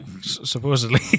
supposedly